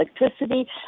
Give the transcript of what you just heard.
electricity